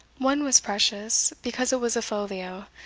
one was precious because it was a folio,